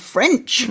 French